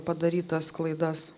padarytas klaidas